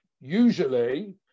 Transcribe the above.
usually